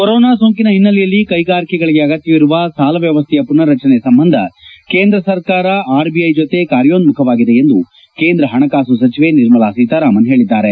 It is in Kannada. ಕೊರೊನಾ ಸೋಂಕಿನ ಹಿನ್ನೆಲೆಯಲ್ಲಿ ಕೈಗಾರಿಕೆಗಳಿಗೆ ಅಗತ್ಯವಿರುವ ಸಾಲ ವ್ಯವಸ್ಥೆಯ ಪುನಾರಚನೆ ಸಂಬಂಧ ಕೇಂದ್ರ ಸರ್ಕಾರ ಆರ್ಬಿಐ ಜೊತೆ ಕಾರ್ಯೋನ್ಮುಖವಾಗಿದೆ ಎಂದು ಕೇಂದ್ರ ಹಣಕಾಸು ಸಚಿವೆ ನಿರ್ಮಲಾ ಸೀತಾರಾಮನ್ ಹೇಳಿದ್ದಾರೆ